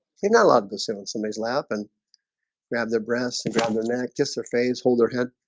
he's not allowed to sit on somebody's lap and grab their breasts and run dramatic just a phase hold their head.